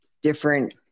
different